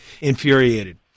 infuriated